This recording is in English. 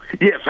Yes